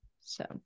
So-